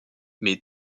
mais